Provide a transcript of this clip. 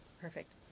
perfect